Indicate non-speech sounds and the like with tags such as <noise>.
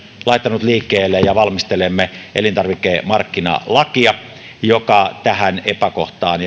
laittanut liikkeelle ja valmistelemme elintarvikemarkkinalakia joka tähän epäkohtaan <unintelligible>